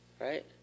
right